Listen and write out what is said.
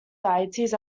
deities